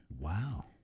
Wow